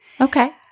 Okay